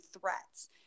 threats